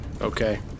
Okay